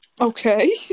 Okay